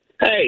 Hey